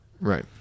Right